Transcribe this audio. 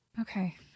Okay